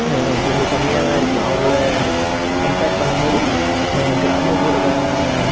கொஞ்சம் கம்மியாக தான் இருக்குது அவங்களை கம்ப்பேர் பண்ணும் போது கிராமப்புற